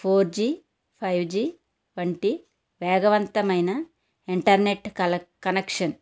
four G five G వంటి వేగవంతమైన internet కల్ కనెక్షన్